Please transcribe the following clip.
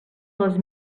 les